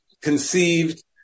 conceived